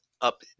up